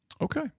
Okay